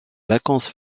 vacances